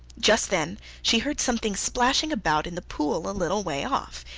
just then she heard something splashing about in the pool a little way off,